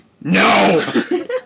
No